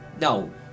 No